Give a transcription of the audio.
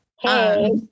Hey